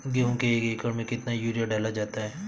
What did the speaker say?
गेहूँ के एक एकड़ में कितना यूरिया डाला जाता है?